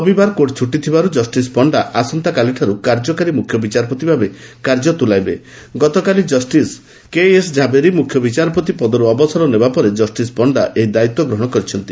ରବିବାର କୋର୍ଟ ଛୁଟିଥିବାରୁ କଷିସ୍ ପଣ୍ତା ଆସନ୍ତାକାଲିଠାରୁ କାର୍ଯ୍ୟକାରୀ ମୁଖ୍ୟବିଚାରପତି ଭାବେ କାର୍ଯ୍ୟ ତୁଲାଇବେ ଗତକାଲି ଜଷିସ୍ କେଏସ୍ ଜାଭେରୀ ମୁଖ୍ୟବିଚାରପତି ପଦରୁ ଅବସର ନେବା ପରେ ଜଷ୍ଟିସ୍ ପଣ୍ତା ଏହି ଦାୟିତ୍ୱ ଗ୍ରହଶ କରିଛନ୍ତି